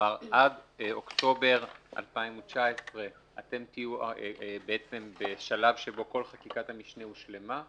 כלומר עד אוקטובר 2019 תהיו בשלב שבו כל חקיקת המשנה הושלמה,